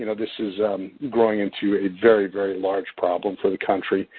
this is growing into a very, very large problem for the country.